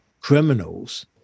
criminals